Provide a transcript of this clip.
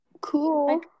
Cool